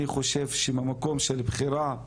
אני חושב שממקום של בחירה,